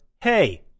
Hey